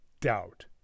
doubt